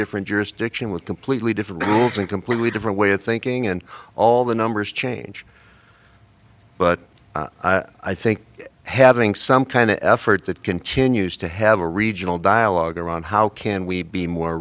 different jurisdiction with completely different rules and completely different way of thinking and all the numbers change but i think having some kind of effort that continues to have a regional dialogue around how can we be more